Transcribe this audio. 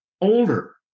older